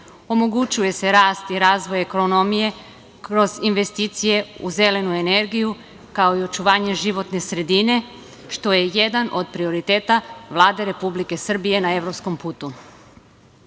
omogućuje se rast i razvoj ekonomije kroz investicije u zelenu energiju, kao i očuvanje životne sredine, što je jedan od prioriteta Vlade Republike Srbije na evropskom putu. Jedan